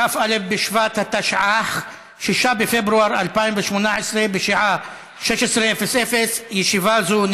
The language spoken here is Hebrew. כ"א בשבט התשע"ח, 6 בפברואר 2018, בשעה 16:00.